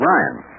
Ryan